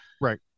Right